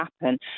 happen